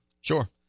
Sure